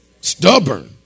Stubborn